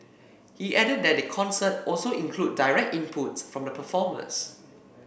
he added that the concert also included directinputs from the performers